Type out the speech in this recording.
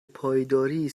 پایداری